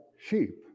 sheep